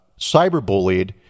cyberbullied